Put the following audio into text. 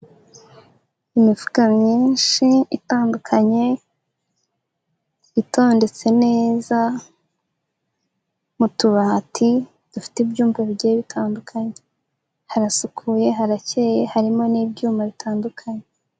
Imifuka myinshi itandukanye, itondetse neza, mu tubati dufite ibyumba bigiye bitandukanye, harasukuye harakeye, harimo n'ibyuma bitandukanye.